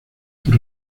por